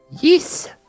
Yes